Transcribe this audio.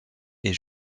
est